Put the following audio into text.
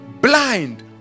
blind